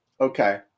okay